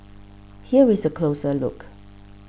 here is a closer look